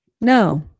no